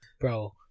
Bro